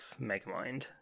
Megamind